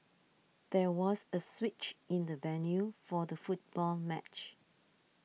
there was a switch in the venue for the football match